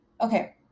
Okay